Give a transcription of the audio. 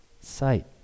sight